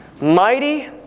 Mighty